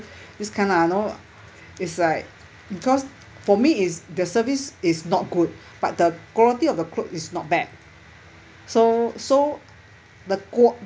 this kind lah know it's like because for me it's the service is not good but the quality of the clothes is not bad so so the quality